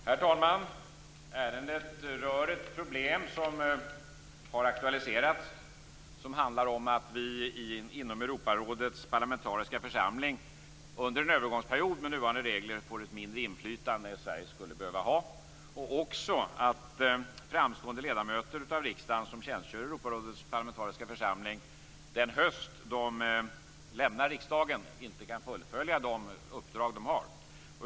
Herr talman! Detta ärende rör ett problem som har aktualiserats. Det handlar om att Sverige inom Europarådets parlamentariska församling under en övergångsperiod med nuvarande regler får ett mindre inflytande än man skulle behöva ha och också om att framstående ledamöter av riksdagen som tjänstgör i Europarådets parlamentariska församling den höst de lämnar riksdagen inte kan fullfölja de uppdrag som de har.